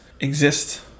exist